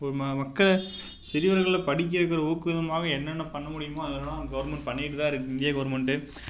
ஒரு ம மக்களை சிறுவர்களை படிக்க வைக்கிற ஊக்குவிதமாகும் என்னென்ன பண்ணமுடியுமோ அதெல்லாம் கவுர்மெண்ட் பண்ணிக்கிட்டுதான் இருக்குது இந்திய கவுர்மெண்ட்டு